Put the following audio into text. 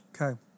Okay